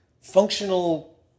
functional